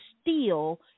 steal